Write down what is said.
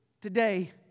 Today